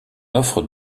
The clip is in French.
offre